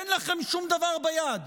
אין לכם שום דבר ביד,